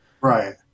Right